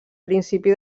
principi